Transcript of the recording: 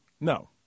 No